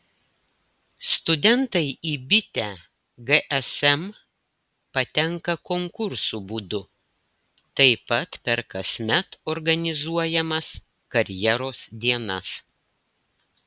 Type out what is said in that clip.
studentai į bitę gsm patenka konkursų būdu taip pat per kasmet organizuojamas karjeros dienas